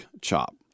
chop